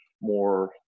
more